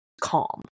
calm